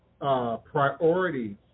priorities